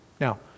Now